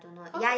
cause I